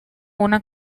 una